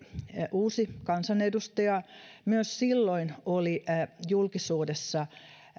uusi kansanedustaja myös oli julkisuudessa